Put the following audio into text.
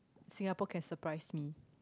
Singapore can surprise me